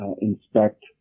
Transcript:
inspect